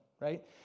right